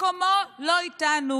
מקומו לא איתנו.